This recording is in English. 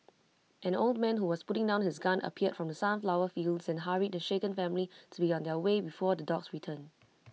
an old man who was putting down his gun appeared from the sunflower fields and hurried the shaken family to be on their way before the dogs return